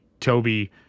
Toby